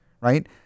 right